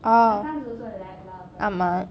o ஆமா